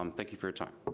um thank you for your time.